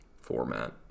format